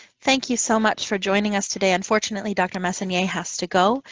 thank you so much for joining us today. unfortunately dr. messonnier has to go.